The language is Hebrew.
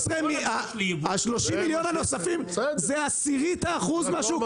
ה-30 מיליון הנוספים זה עשירית האחוז מהשוק,